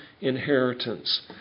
inheritance